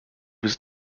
was